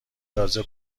تازه